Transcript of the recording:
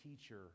teacher